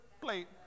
plate